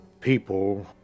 people